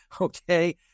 Okay